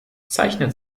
zeichnet